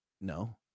No